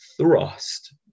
thrust